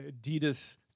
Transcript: Adidas